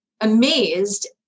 amazed